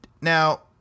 Now